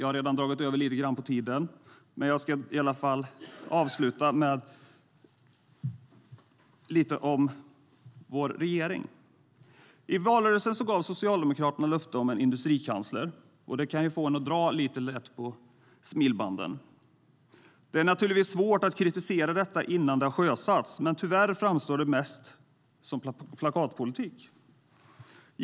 Jag har redan dragit över tiden lite grann, men jag ska ändå avsluta med lite om vår regering.I valrörelsen gav Socialdemokraterna löfte om en industrikansler, och det kan ju få en att dra lite lätt på smilbanden. Det är naturligtvis svårt att kritisera detta innan det har sjösatts, men tyvärr framstår det mest som plakatpolitik.